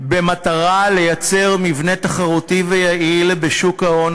במטרה לייצר מבנה תחרותי ויעיל בשוק ההון